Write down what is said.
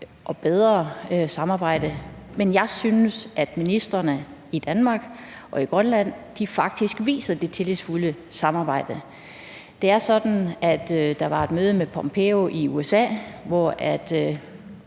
et bedre samarbejde, men jeg synes, at ministrene i Danmark og i Grønland faktisk viser det tillidsfulde samarbejde. Det er sådan, at der var et møde i efteråret